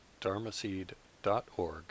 dharmaseed.org